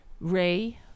ray